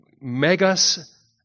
megas